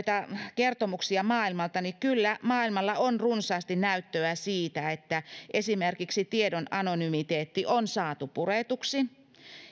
kertomuksia maailmalta niin kyllä maailmalla on runsaasti näyttöä esimerkiksi siitä että tiedon anonymiteetti on saatu puretuksi